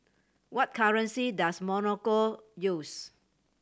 what currency does Morocco use